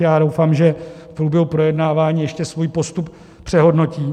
Já doufám, že v průběhu projednávání ještě svůj postup přehodnotí.